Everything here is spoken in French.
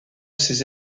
ces